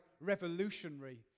revolutionary